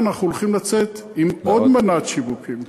אנחנו הולכים לצאת עם עוד מנת שיווקים,